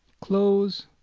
close